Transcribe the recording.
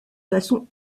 façon